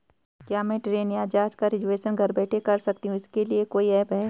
क्या मैं ट्रेन या जहाज़ का रिजर्वेशन घर बैठे कर सकती हूँ इसके लिए कोई ऐप है?